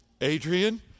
Adrian